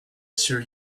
assure